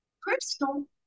crystal